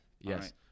Yes